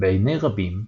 בעיני רבים,